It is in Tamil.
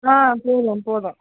ஆ போதும் போதும்